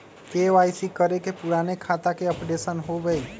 KYC करें से पुराने खाता के अपडेशन होवेई?